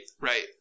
right